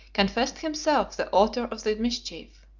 confessed himself the author of the mischief.